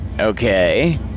okay